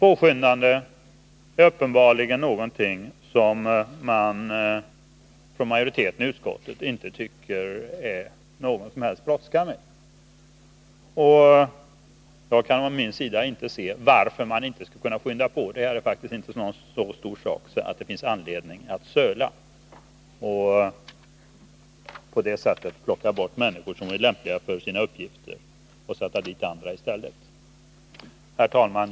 Majoriteten i utskottet tycker uppenbarligen inte att det är någon som helst brådska med denna förändring. Jag kan inte se varför man inte skulle kunna påskynda ärendet, som faktiskt inte är så stort att det finns anledning att söla. På detta sätt plockas det nu bort människor som är lämpliga för sina uppgifter och i stället sätts andra in. Herr talman!